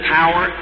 power